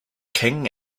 king